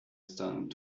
stone